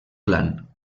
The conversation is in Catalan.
clan